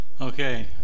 Okay